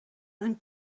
and